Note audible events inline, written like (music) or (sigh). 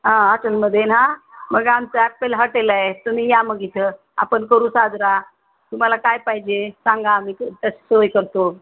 आं हॉटेलमध्ये ना मग आमचं ॲप्पल हॉटेल आहे तुम्ही या मग इथं आपण करू साजरा तुम्हाला काय पाहिजे आहे सांगा आम्ही (unintelligible) तशी सोय करतो